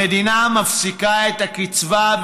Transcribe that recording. המדינה מפסיקה את הקצבה,